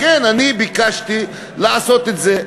לכן ביקשתי לעשות את זה.